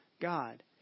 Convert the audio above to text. God